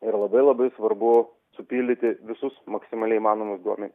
ir labai labai svarbu supildyti visus maksimaliai įmanomus duomen